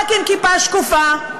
רק עם כיפה שקופה,